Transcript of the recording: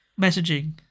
messaging